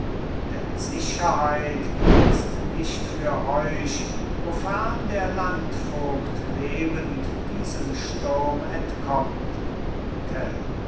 denn sicherheit ist nicht für euch wofern der landvogt lebend diesem sturm entkommt